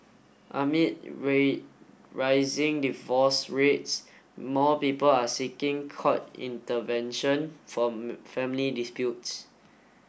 amid rising divorce rates more people are seeking court intervention for family disputes